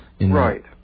Right